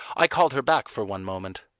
i called her back for one moment.